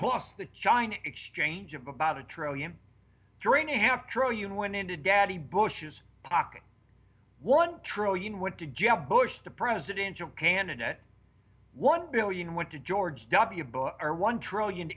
plus the china exchange of about a trillion during a half trillion went into daddy bush's pocket one trillion went to jeb bush the presidential candidate one billion went to george w bush our one trillion